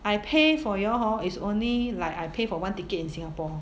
I pay for you all hor is only like I pay for one ticket in singapore